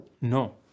No